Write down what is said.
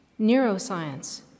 Neuroscience